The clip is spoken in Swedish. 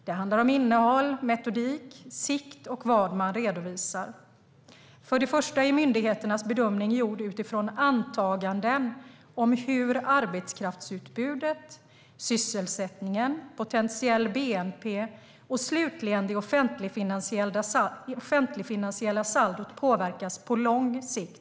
Det handlar om innehåll, metodik, sikt och vad man redovisar. Först och främst är myndigheternas bedömning gjord utifrån antaganden om hur arbetskraftsutbudet, sysselsättningen, potentiell bnp och slutligen det offentlig-finansiella saldot påverkas på lång sikt.